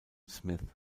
smith